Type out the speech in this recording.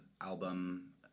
album